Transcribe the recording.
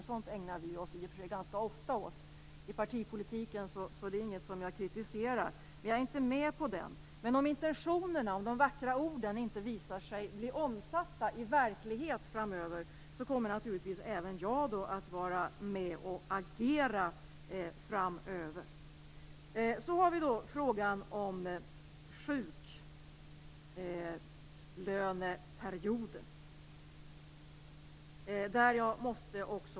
Sådant ägnar vi oss i och för sig åt ganska ofta i partipolitiken. Det är inget jag kritiserar. Jag är inte med på reservationen. Men om det visar sig att intentionerna, de vackra orden, inte omsätts i verklighet, kommer naturligtvis även jag att agera framöver. Sedan har vi frågan om sjuklöneperioden.